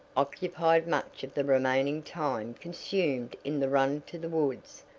occupied much of the remaining time consumed in the run to the woods,